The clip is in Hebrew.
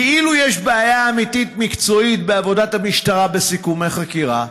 כאילו יש בעיה אמיתית מקצועית בעבודת המשטרה בסיכומי חקירה,